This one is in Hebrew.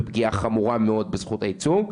בפגיעה חמורה מאוד בזכות הייצוג,